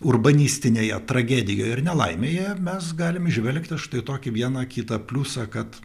urbanistinėje tragedijoje ir nelaimėje mes galim įžvelgti štai tokį vieną kitą pliusą kad